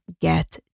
get